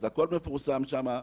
אז הכל מפורסם שם,